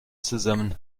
zusammen